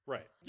Right